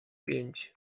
pięć